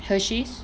Hersheys